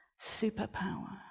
superpower